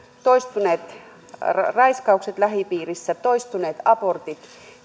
toistuneet raiskaukset lähipiirissä toistuneet abortit